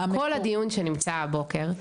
כל הדיון שנמצא הבוקר,